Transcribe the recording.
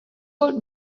old